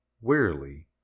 wearily